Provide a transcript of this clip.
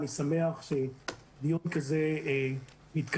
אני שמח שדיון כזה מתקיים,